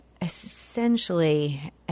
essentially